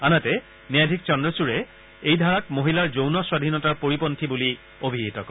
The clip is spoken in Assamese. আনহাতে ন্যায়াধীশ চন্দ্ৰচূড়ে এই ধাৰাক মহিলাৰ যৌন স্বাধীনতাৰ পৰিপন্থী বুলি অভিহিত কৰে